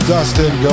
Dustin